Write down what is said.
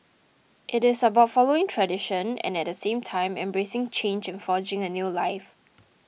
it is about following tradition and at the same time embracing change and forging a new life